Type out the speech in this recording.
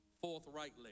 forthrightly